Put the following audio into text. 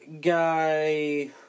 guy